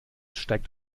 steigt